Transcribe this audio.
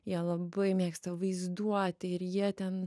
jie labai mėgsta vaizduoti ir jie ten